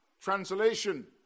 translation